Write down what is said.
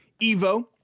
Evo